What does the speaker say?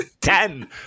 Ten